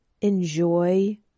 enjoy